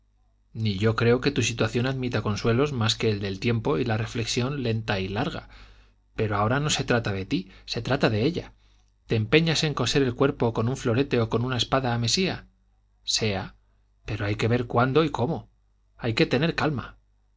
ni yo creo que tu situación admita consuelos más que el del tiempo y la reflexión lenta y larga pero ahora no se trata de ti se trata de ella te empeñas en coser el cuerpo con un florete o con una espada a mesía sea pero hay que ver cuándo y cómo hay que tener calma